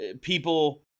people